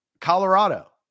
Colorado